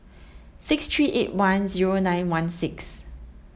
six three eight one zero nine one six